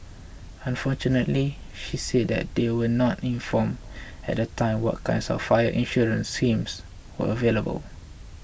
unfortunately she said that they were not informed at the time what kinds of fire insurance schemes were available